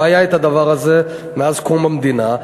לא היה הדבר הזה מאז קום המדינה.